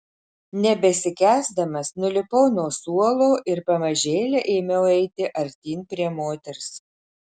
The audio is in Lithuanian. nebesikęsdamas nulipau nuo suolo ir pamažėle ėmiau eiti artyn prie moters